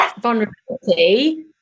vulnerability